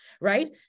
Right